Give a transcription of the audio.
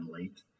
late